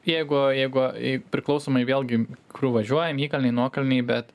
jeigu jeigu jei priklausomai vėlgi kur važiuojam įkalnėj nuokalnėj bet